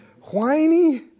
whiny